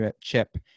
chip